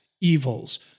evils